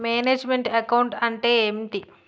Manage meant account అంటే ఏమిటి?